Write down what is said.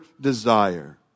desire